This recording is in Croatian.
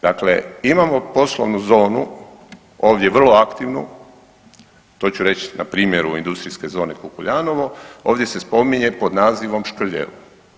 Dakle imamo poslovnu zonu, ovdje vrlo aktivnu, to ću reći na primjeru industrijske zone Kukuljanovo, ovdje se spominje pod nazivom Škrljevo.